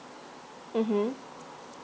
mm